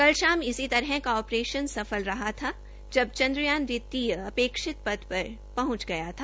कल शाम इसी तरह का ऑपरेशन सफल रहा था जब चन्द्रयान द्वितीय अपेक्षित पथ पर पहुंच गया था